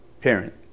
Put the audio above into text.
parent